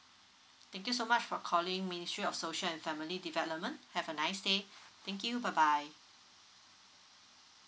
thank you so much for calling ministry of social and family development have a nice day thank you bye bye